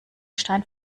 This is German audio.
stein